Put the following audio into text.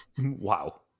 Wow